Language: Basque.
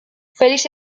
felix